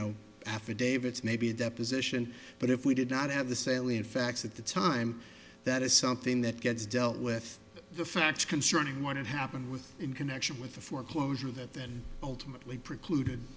know affidavits maybe a deposition but if we did not have the salient facts at the time that is something that gets dealt with the facts concerning one of happened with in connection with the foreclosure that then ultimately precluded